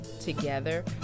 together